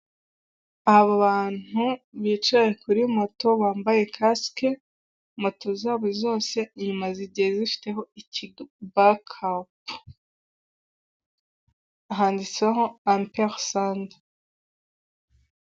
Aba bantu bicaye kuri moto, bambaye kasike, moto zabo zose inyuma zigiye zifiteho ibakapu, handitseho Amperisande.